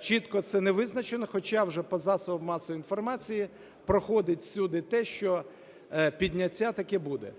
чітко це не визначено, хоча вже по засобам масової інформації проходить всюди те, що підняття таке буде.